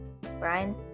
Brian